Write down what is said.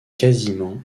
quasiment